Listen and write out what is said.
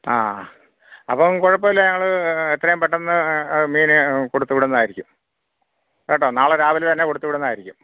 ആ അപ്പം കുഴപ്പം ഇല്ല ഞങ്ങൾ എത്രയും പെട്ടെന്ന് മീൻ കൊടുത്ത് വിടുന്നതായിരിക്കും കേട്ടോ നാളെ രാവിലെ തന്നെ കൊടുത്ത് വിടുന്നതായിരിക്കും